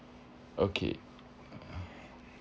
okay